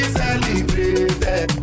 celebrated